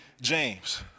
James